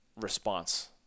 response